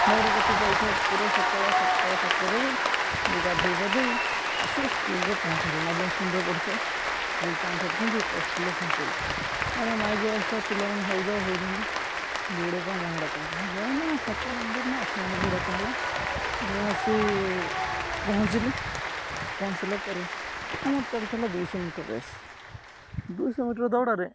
ଦୌଡ଼ ପ୍ରତିଯୋଗିତା ଚାଲିଥାଏ ପୁରା ସକାଳ ସକାଳ ସାତଟାରୁ ମୁଁ ଗାଧେଇ ପାଧେଇ ଆସି ସ୍କୁଲରେ ପହଞ୍ଚିଗଲି ନବମ ଶ୍ରେଣୀରେ ପଢ଼ୁଥାଏ ସ୍କୁଲ ପ୍ୟାଣ୍ଟ ସାର୍ଟ ପିନ୍ଧିକି ସ୍କୁଲରେ ପହଞ୍ଚିଗଲି ଇଆଡ଼େ ମାଇକ୍ ବସିଥାଏ ପିଲାମାନେ ହାଉ ଯାଉ ହେଉଥାନ୍ତି ଦୌଡ଼ ପାଇଁ ନାଁ ଡକା ହେଲା ମୋ ନା ସାତ ନମ୍ବର ନା ଆଠ ନମ୍ବରରେ ଡକା ହେଲା ମୁଁ ଆସି ପହଞ୍ଚିଲି ପହଞ୍ଚିଲା ପରେ ମୋର ଚାଲିଥିଲା ଦୁଇଶହ ମିଟର ରେସ୍ ଦୁଇଶହ ମିଟର ଦୌଡ଼ରେ